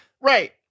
right